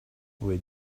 where